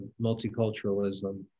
multiculturalism